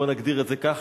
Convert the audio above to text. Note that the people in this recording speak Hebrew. בוא נגדיר את זה ככה,